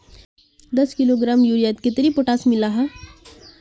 दस किलोग्राम यूरियात कतेरी पोटास मिला हाँ?